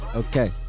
okay